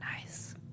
Nice